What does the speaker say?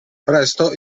presto